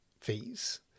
fees